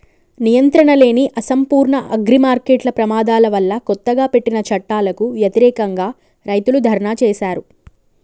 నియంత్రణలేని, అసంపూర్ణ అగ్రిమార్కెట్ల ప్రమాదాల వల్లకొత్తగా పెట్టిన చట్టాలకు వ్యతిరేకంగా, రైతులు ధర్నా చేశారు